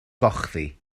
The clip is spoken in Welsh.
gochddu